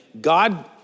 God